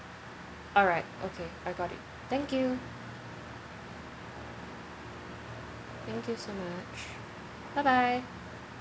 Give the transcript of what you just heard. alright okay I got it thank you thank you so much bye bye